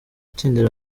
gutsindira